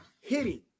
hitting